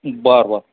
बरं बरं